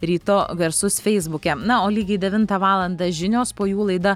ryto garsus feisbuke na o lygiai devintą valandą žinios po jų laida